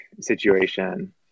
situation